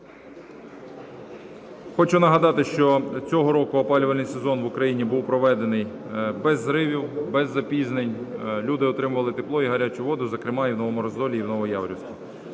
Хочу нагадати, що цього року опалювальний сезон в Україні був проведений без зривів, без запізнень люди отримували тепло і гарячу воду, зокрема і в Новому Розділі і Новояворівську.